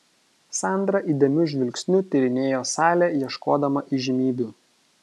sandra įdėmiu žvilgsniu tyrinėjo salę ieškodama įžymybių